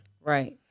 Right